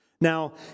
Now